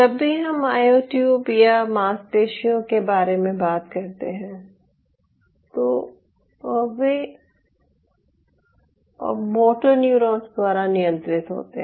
जब भी हम मायोट्यूब या मांसपेशियों के बारे में बात करते हैं तो वे मोटर न्यूरॉन्स द्वारा नियंत्रित होते हैं